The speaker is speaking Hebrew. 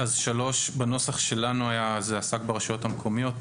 3 בנוסח שלנו עסק ברשויות המקומיות.